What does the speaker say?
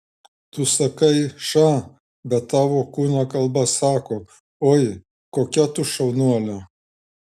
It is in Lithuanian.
tu sakai ša bet tavo kūno kalba sako oi kokia tu šaunuolė